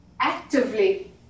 actively